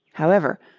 however,